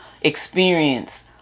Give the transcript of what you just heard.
experience